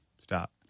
stop